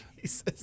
Jesus